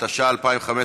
התשע"ה 2015,